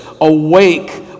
awake